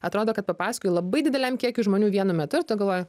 atrodo kad papasakojai labai dideliam kiekiui žmonių vienu metu tu galvoji